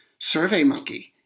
SurveyMonkey